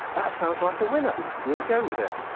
that sounds like a winner we'll go with it.